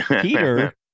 Peter